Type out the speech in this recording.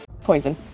poison